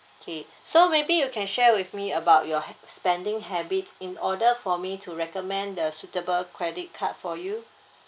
okay so maybe you can share with me about your spending habits in order for me to recommend the suitable credit card for you